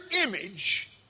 image